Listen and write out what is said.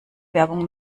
werbung